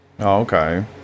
okay